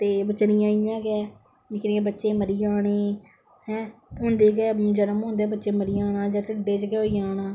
ते बचारियां इयां गै निक्के निक्के बच्चे मरी जाने हैं जन्म ओंदे गै जन्म ओंदे गै बच्चे मरी जाने जां ढिड्डें च गै होई जान